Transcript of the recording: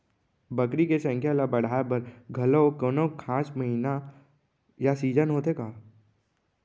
बकरी के संख्या ला बढ़ाए बर घलव कोनो खास महीना या सीजन होथे का?